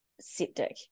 septic